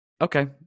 Okay